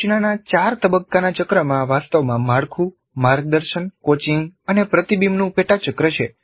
સૂચનાના ચાર તબક્કાના ચક્રમાં વાસ્તવમાં માળખું માર્ગદર્શન કોચિંગ અને પ્રતિબિંબ નું પેટા ચક્ર છે